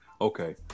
okay